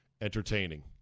entertaining